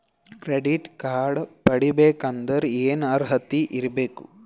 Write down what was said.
Credit card ಪಡಿಬೇಕಂದರ ಏನ ಅರ್ಹತಿ ಇರಬೇಕು?